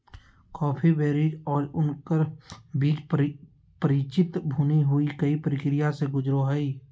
coffee berries और उनकर बीज परिचित भुनी हुई कई प्रक्रिया से गुजरो हइ